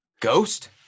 ghost